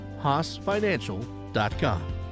haasfinancial.com